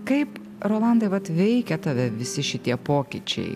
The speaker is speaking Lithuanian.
kaip rolandai vat veikia tave visi šitie pokyčiai